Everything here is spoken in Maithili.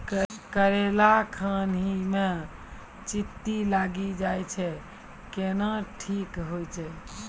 करेला खान ही मे चित्ती लागी जाए छै केहनो ठीक हो छ?